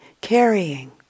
carrying